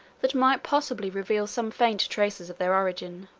that might possibly reveal some faint traces of their origin.